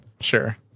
Sure